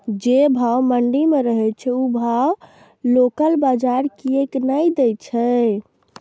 जे भाव मंडी में रहे छै ओ भाव लोकल बजार कीयेक ने दै छै?